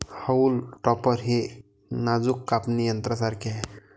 haulm topper हे नाजूक कापणी यंत्रासारखे आहे